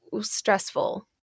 stressful